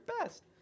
best